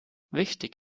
wichtig